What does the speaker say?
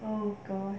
oh god